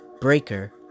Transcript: Breaker